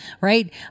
right